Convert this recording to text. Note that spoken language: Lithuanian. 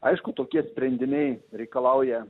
aišku tokie sprendiniai reikalauja